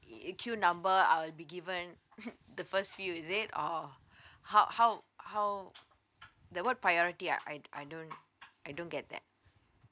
it queue number I'll be given the first few is it or how how how the what priority ah I I don't I don't get that